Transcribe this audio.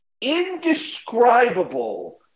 indescribable